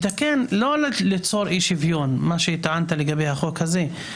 יש כאן גם את האיזון הרב דורי ועוד ועוד אבל זה לא משנה.